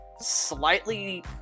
slightly